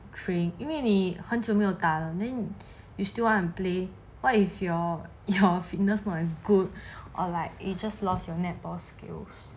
train 因为你很久没有打了 then you still wanna play what if your your fitness not as good or like ages lost your netball skills